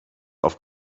auf